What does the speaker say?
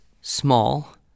small